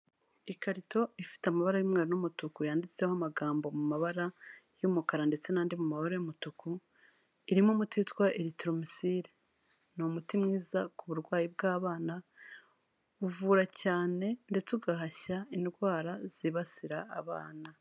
Ikarito ifite amabara y'umweru n'umutuku yanditseho amagambo mu mabara y'umukara ndetse n'andi mu mabara y'umutuku, irimo umuti witwa Erythrocin, ni umuti mwiza ku burwayi bw'abana, uvura cyane ndetse ugahashya indwara zibasira abana.